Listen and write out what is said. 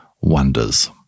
wonders